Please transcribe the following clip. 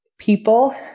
People